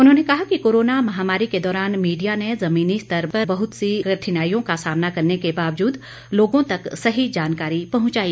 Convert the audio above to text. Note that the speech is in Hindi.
उन्होंने कहा कि कोरोना महामारी के दौरान मीडिया ने जमीनी स्तर पर बहुत सी कठिनाईयों का सामना करने के बावजूद लोगों तक सही जानकारी पहंचाई